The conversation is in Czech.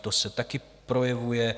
To se taky projevuje.